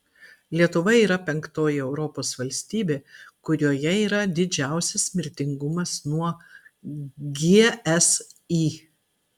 lietuva yra penktoji europos valstybė kurioje yra didžiausias mirtingumas nuo gsi